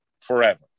forever